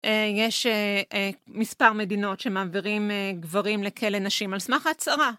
אה, יש אה, מספר מדינות שמעבירים גברים לכלא נשים על סמך הצהרה.